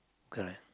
correct